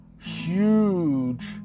huge